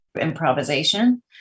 improvisation